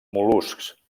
mol·luscs